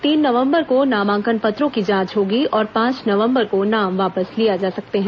तीन नवंबर को नामांकन पत्रों की जांच होगी और पांच नवंबर को नाम वापस लिए जा सकते हैं